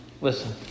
Listen